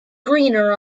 greener